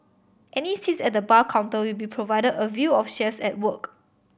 any seats at the bar counter will be provided a view of chefs at work